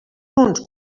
uns